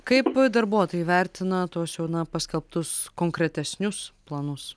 kaip darbuotojai vertina tuos jau na paskelbtus konkretesnius planus